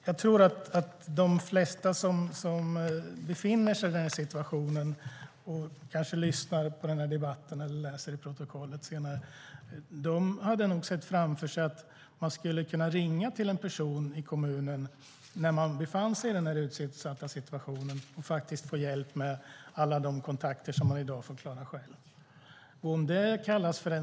Jag tror att de flesta som befinner sig i den här situationen och som kanske lyssnar på debatten eller senare läser protokollet nog ser framför sig att man skulle kunna ringa till en person i kommunen när man befinner sig i den här utsatta situationen och få hjälp med alla de kontakter som man får klara själv i dag.